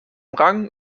rang